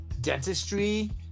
dentistry